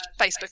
Facebook